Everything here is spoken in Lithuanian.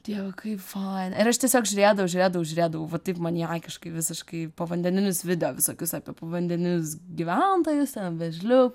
dieve kaip faina ir aš tiesiog žiūrėdavau žiūrėdavau žiūrėdavau va taip maniakiškai visiškai povandeninius video visokius apie povandeninius gyventojus vėžliu